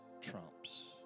trumps